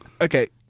Okay